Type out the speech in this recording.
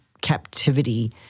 captivity